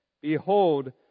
Behold